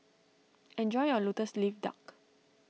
enjoy your Lotus Leaf Duck